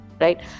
Right